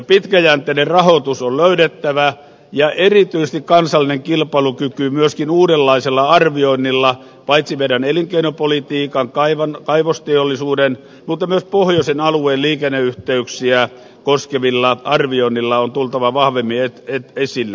pitkäjänteinen rahoitus on löydettävä ja erityisesti kansallisen kilpailukyvyn myöskin uudenlaisella arvioinnilla paitsi meidän elinkeinopolitiikan kaivosteollisuuden myös pohjoisen alueen liikenneyhteyksiä koskevilla arvioinneilla on tultava vahvemmin esille